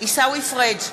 עיסאווי פריג'